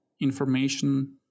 information